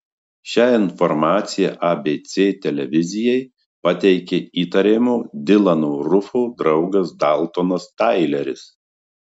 šią informaciją abc televizijai pateikė įtariamojo dilano rufo draugas daltonas taileris